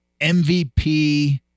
MVP